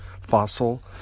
fossil